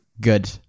Good